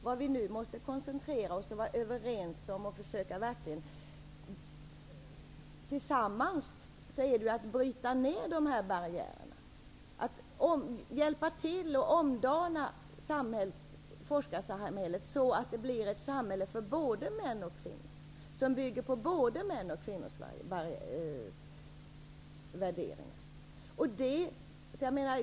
Det vi nu måste koncentrera oss på och vara överens om är att verkligen tillsammans försöka bryta ned de här barriärerna. Vi måste hjälpa till och omdana forskarsamhället så att det blir ett samhälle för både män och kvinnor, som bygger på både mäns och kvinnors värderingar.